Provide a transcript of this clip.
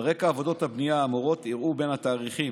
על רקע עבודות הבנייה האמורות אירעו בתאריכים